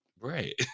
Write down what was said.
Right